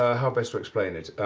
ah how best to explain it?